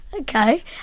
Okay